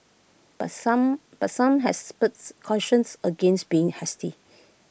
but some but some experts cautioned against being hasty